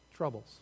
Troubles